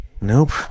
Nope